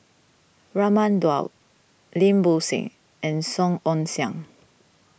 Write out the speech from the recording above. Raman Daud Lim Bo Seng and Song Ong Siang